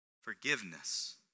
Forgiveness